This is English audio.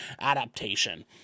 adaptation